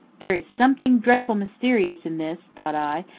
there is something dreadful mysterious in this thought i,